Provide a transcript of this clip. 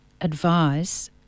advise